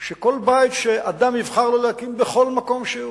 שכל בית שאדם יבחר לו להקים, בכל מקום שהוא,